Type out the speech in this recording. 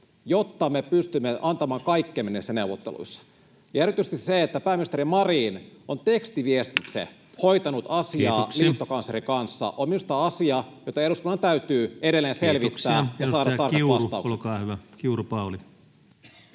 jotta me pystymme antamaan kaikkemme näissä neuvotteluissa. Ja erityisesti se, että pääministeri Marin on tekstiviestitse hoitanut asiaa liittokanslerin kanssa, on minusta asia, jota eduskunnan täytyy edelleen selvittää ja josta pitää saada tarkat vastaukset.